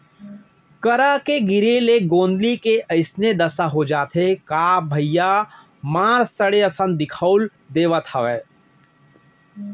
करा के गिरे ले गोंदली के अइसने दसा होथे का भइया मार सड़े असन दिखउल देवत हवय